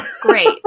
great